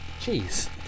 Jeez